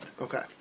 Okay